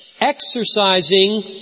exercising